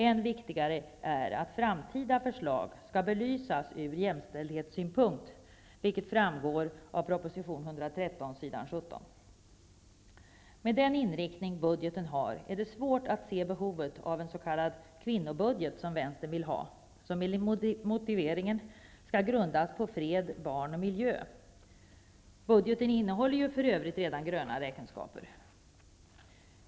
Än viktigare är att framtida förslag skall belysas ur jämställdhetssynpunkt, vilket framgår av proposition 113, s. 17. Med den inriktning budgeten har är det svårt att se behovet av en s.k. kvinnobudget, som vänstern vill ha, som enligt motiveringen skall grundas på fred, barn och miljö. Budgeten innehåller för övrigt redan gröna räkenskaper.